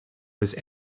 was